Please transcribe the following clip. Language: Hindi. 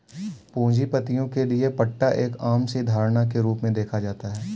पूंजीपतियों के लिये पट्टा एक आम सी धारणा के रूप में देखा जाता है